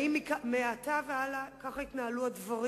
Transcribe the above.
האם מעתה והלאה כך יתנהלו הדברים?